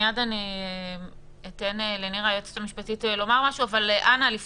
מייד אתן לנירה לאמעי רכלבסקי,